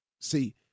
See